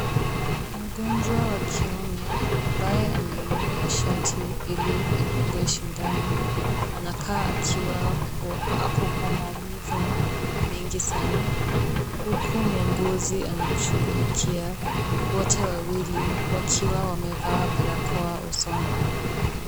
Mgonjwa wa kiume ambaye ameinua shati ili adungwe sindano, anakaa akiwa ako kwa maumivu mengi sana, huku muuguzi anamshughulikia, wote wawili wakiwa wamevaa barakoa usoni.